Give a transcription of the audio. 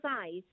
eyes